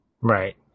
right